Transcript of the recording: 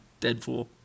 Deadpool